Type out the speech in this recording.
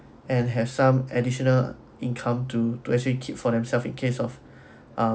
and have some additional income to to actually keep for themselves in case of um